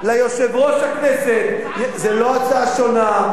ליושב-ראש הכנסת, זאת הצעה שונה.